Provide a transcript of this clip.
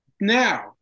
now